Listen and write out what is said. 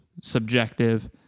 subjective